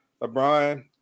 LeBron